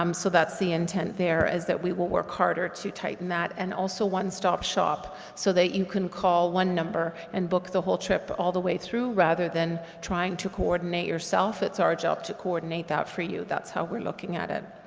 um so that's the intent there is that we will work harder to tighten that and also one-stop shop so that you can call one number and book the whole trip all the way through, rather than trying to coordinate yourself, it's our job to coordinate that for you, that's how we're looking at it.